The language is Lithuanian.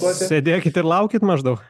sėdėkit ir laukit maždaug